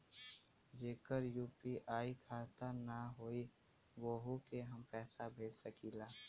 जेकर यू.पी.आई खाता ना होई वोहू के हम पैसा भेज सकीला?